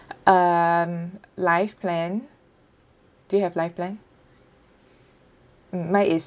um life plan do you have life plan mm mine is